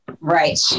Right